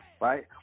Right